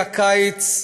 בשיא הקיץ,